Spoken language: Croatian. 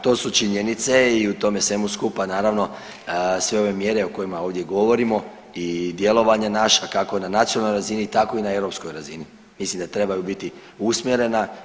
To su činjenice i u tome svemu skupa naravno sve ove mjere o kojima ovdje govorimo i djelovanja naša kako na nacionalnoj razini tako i na europskoj razini mislim da trebaju biti usmjerena.